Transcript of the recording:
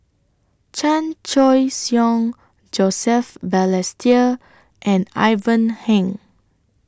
Chan Choy Siong Joseph Balestier and Ivan Heng